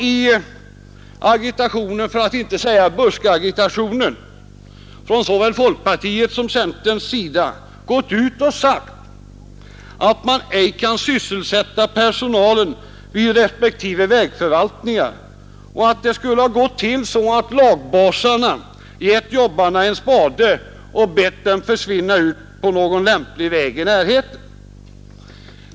I agitationen — för att inte säga buskagitationen — från såväl folkpartiets som centerns sida har man sagt att personalen vid respektive vägförvaltningar inte kan sysselsättas och att det skulle gå till så att lagbasarna ger jobbarna var sin spade och ber dem försvinna ut på någon lämplig väg i närheten.